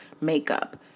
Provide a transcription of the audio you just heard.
makeup